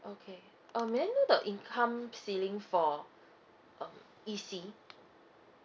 okay um may I know the income ceiling for um E_C